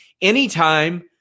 Anytime